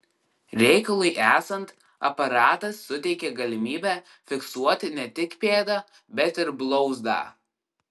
reikalui esant aparatas suteikia galimybę fiksuoti ne tik pėdą bet ir blauzdą